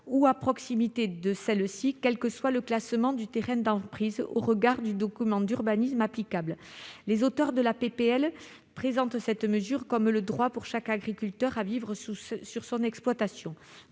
ou à proximité de celle-ci, quel que soit le classement du terrain d'emprise au regard du document d'urbanisme applicable. Les auteurs de la proposition de loi présentent cette mesure comme « le droit pour chaque agriculteur à vivre sur son exploitation